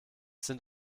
sind